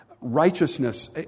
righteousness